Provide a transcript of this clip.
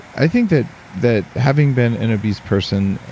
i think that that having been an obese person,